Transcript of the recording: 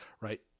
right